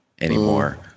anymore